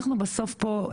אנחנו בסוף פה,